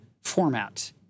format